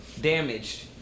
damaged